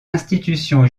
institutions